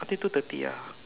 until two thirty ah